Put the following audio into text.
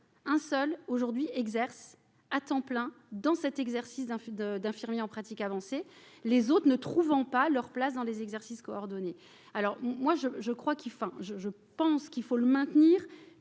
un seul aujourd'hui exercent à temps plein dans cet exercice d'un de d'infirmiers en pratique avancée, les autres ne trouvant pas leur place dans les exercices coordonné, alors moi je, je crois qu'il enfin je, je pense qu'il faut le maintenir,